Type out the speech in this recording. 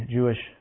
Jewish